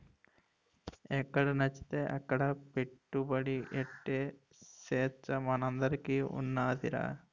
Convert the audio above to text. ఎక్కడనచ్చితే అక్కడ పెట్టుబడి ఎట్టే సేచ్చ మనందరికీ ఉన్నాదిరా